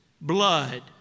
blood